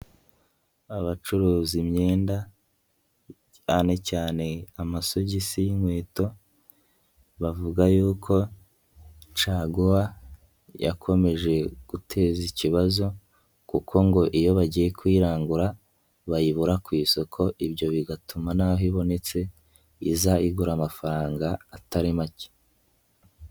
Abacuruza imyenda cyane cyane amasogisi y'inkweto bavuga yuko caguwa yakomeje guteza ikibazo kuko ngo iyo bagiye kuyirangura bayibura ku isoko, ibyo bigatuma n'aho ibonetse iza igura amafaranga atari make.